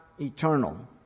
eternal